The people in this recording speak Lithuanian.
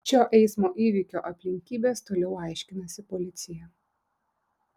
šio eismo įvykio aplinkybes toliau aiškinasi policija